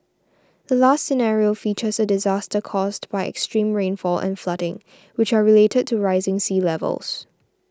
the last scenario features a disaster caused by extreme rainfall and flooding which are related to rising sea levels